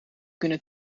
kunnen